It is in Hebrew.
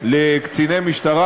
לקציני משטרה,